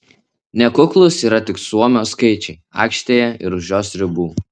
nekuklūs yra tik suomio skaičiai aikštėje ir už jos ribų